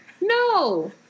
No